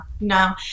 no